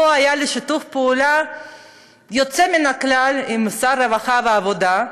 פה היה לי שיתוף פעולה יוצא מן הכלל עם שר הרווחה והעבודה.